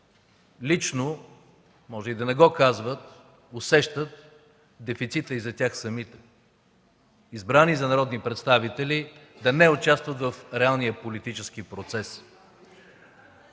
лично, може и да не го казват, но усещат дефицита и за тях самите – избрани за народни представители да не участват в реалния политически процес.